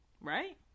right